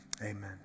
Amen